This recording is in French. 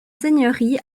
seigneurie